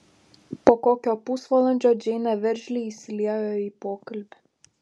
po kokio pusvalandžio džeinė veržliai įsiliejo į pokalbį